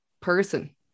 person